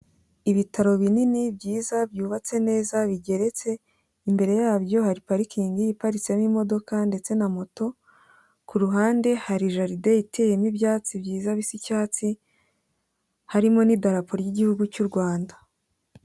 Ibitaro binini byiza byubatse neza bigeretse, imbere yabyo hari parikingi iparitsemo imodoka ndetse na moto, ku ruhande hari jaride iteyemo ibyatsi byiza bisa icyatsi, harimo n'idarapo ry'Igihugu cy'u Rwanda.